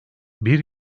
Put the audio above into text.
bir